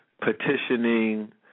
petitioning